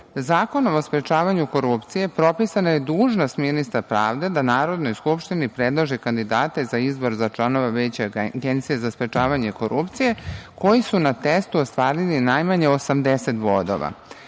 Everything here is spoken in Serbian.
testu. Zakonom o sprečavanju korupcije propisana je dužnost ministra pravde da Narodnoj skupštini predloži kandidate za izbor za članove Veća Agencije za sprečavanje korupcije koji su na testu ostvarili najmanje 80 bodova.